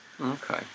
Okay